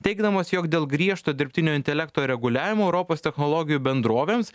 teigdamas jog dėl griežto dirbtinio intelekto reguliavimo europos technologijų bendrovėms